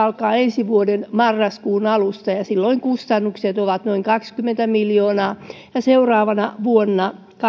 alkaa ensi vuoden marraskuun alusta ja ja silloin kustannukset ovat noin kaksikymmentä miljoonaa ja seuraavana vuonna